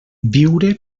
viure